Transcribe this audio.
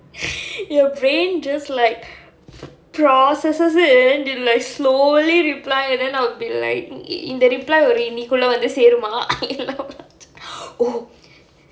your brain just like processes it and then it like slowly reply and then I will be like இந்த:intha reply இன்னைக்கு உள்ள வந்து சேருமா:innaikku ulla vanthu serumaa oh